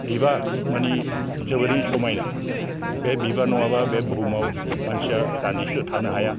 बिबार माने जोबोरै समायना बे बिबार नङाबा बे बुहुमआव मानसिया दान्दिसेबो थानो हाया